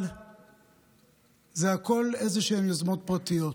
אבל הכול זה איזשהן יוזמות פרטיות.